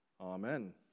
Amen